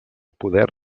poder